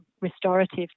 restorative